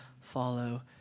follow